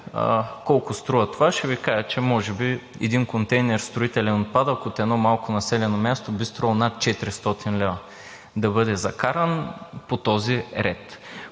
колко струва това? Ще Ви кажа, че може би един контейнер строителен отпадък от едно малко населено място би струвал над 400 лева, за да бъде закаран по този ред.